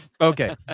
Okay